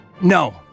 no